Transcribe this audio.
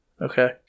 Okay